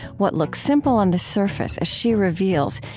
what looks simple on the surface, as she reveals,